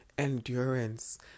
endurance